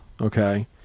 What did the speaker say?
okay